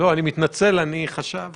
אני חושב